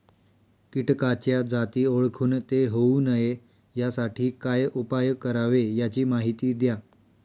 किटकाच्या जाती ओळखून ते होऊ नये यासाठी काय उपाय करावे याची माहिती द्या